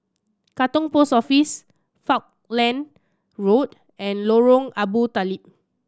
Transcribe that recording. Katong Post Office Falkland Road and Lorong Abu Talib